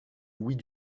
louis